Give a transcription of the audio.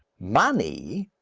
money?